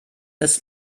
ist